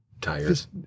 tires